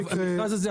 שהמכרז הזה,